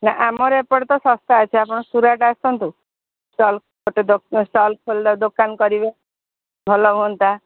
ନା ଆମର ଏପଟେ ତ ଶସ୍ତା ଅଛି ଆପଣ ସୁରାଟ ଆସନ୍ତୁ ଷ୍ଟଲ୍ ଷ୍ଟଲ୍ ଖୋଲିବେ ଦୋକାନ କରିବେ ଭଲ ହୁଅନ୍ତା